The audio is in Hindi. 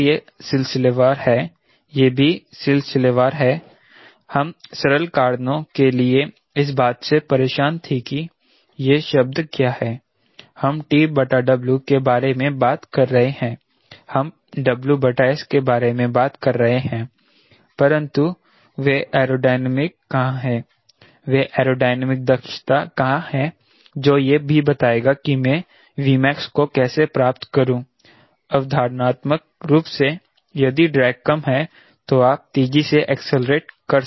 तो यह सिलसिलेवार है यह भी सिलसिलेवार है हम सरल कारणों के लिए इस बात से परेशान थे कि यह शब्द क्या है हम TW के बारे में बात कर रहे हैं हम WS के बारे में बात कर रहे हैं परंतु वह एयरोडायनामिक्स कहां है वह एयरोडायनामिक दक्षता कहां है जो यह भी बताएगा कि मैं Vmax को कैसे प्राप्त करूं अवधारणात्मक रूप से यदि ड्रैग कम है तो आप तेजी से एक्सेलेरेट कर सकते हैं